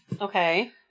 Okay